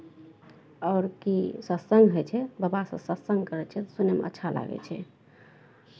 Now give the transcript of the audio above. आओर की सत्संग होइ छै बाबासभ सत्संग करै छै तऽ सुनयमे अच्छा लागै छै